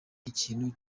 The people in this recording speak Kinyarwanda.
ikintu